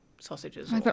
sausages